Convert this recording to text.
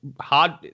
hard